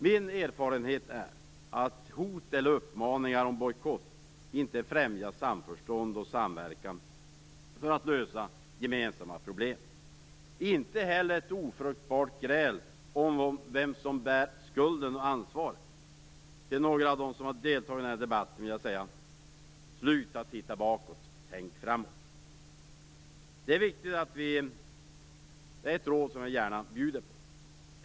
Min erfarenhet är att hot eller uppmaningar om bojkott inte främjar samförstånd och samverkan för att lösa gemensamma problem, inte heller ett ofruktbart gräl om vem som bär skulden och ansvaret. Till några av dem som har deltagit i den här debatten vill jag säga: Sluta titta bakåt! Tänk framåt! Det är ett råd jag gärna bjuder på.